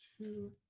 two